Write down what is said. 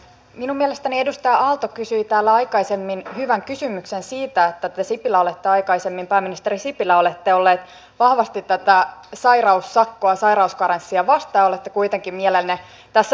minun mielestäni edustaja aalto kysyi täällä aikaisemmin hyvän kysymyksen siitä että te pääministeri sipilä olette aikaisemmin ollut vahvasti tätä sairaussakkoa sairauskarenssia vastaan ja olette kuitenkin mielenne tässä muuttanut